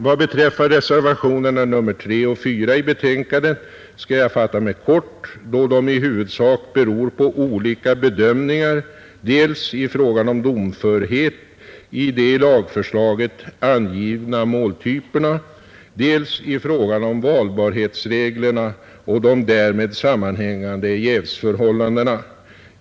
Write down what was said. Vad beträffar reservationerna 3 och 4 i betänkandet skall jag fatta mig kort, då de i huvudsak beror på olika bedömningar dels i fråga om domförhet i de i lagförslaget angivna måltyperna, dels i fråga om valbarhetsreglerna och de därmed sammanhängande jävsförhållandena.